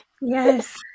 Yes